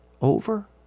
over